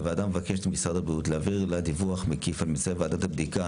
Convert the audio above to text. הוועדה מבקשת ממשרד הבריאות להעביר לה דיווח מקיף על ממצאי ועדת הבדיקה,